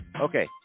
Okay